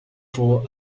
for